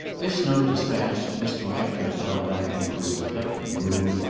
this note despatched, mr. ratcliffe fell back into his reflective mood,